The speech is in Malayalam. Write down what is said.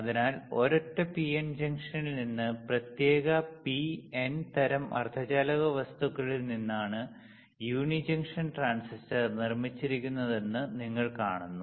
അതിനാൽ ഒരൊറ്റ പിഎൻ ജംഗ്ഷനിൽ നിന്ന് പ്രത്യേക പി എൻ തരം അർദ്ധചാലക വസ്തുക്കളിൽ നിന്നാണ് യൂണിജംഗ്ഷൻ ട്രാൻസിസ്റ്റർ നിർമ്മിച്ചിരിക്കുന്നതെന്ന് നിങ്ങൾ കാണുന്നു